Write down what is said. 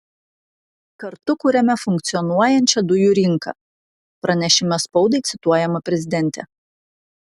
kartu kuriame funkcionuojančią dujų rinką pranešime spaudai cituojama prezidentė